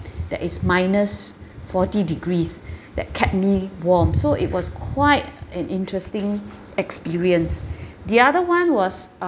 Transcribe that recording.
that is minus forty degrees that kept me warm so it was quite an interesting experience the other one was um